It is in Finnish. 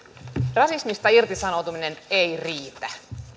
rasismista irtisanoutuminen ei riitä